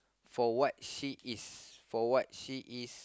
for what she is for what she is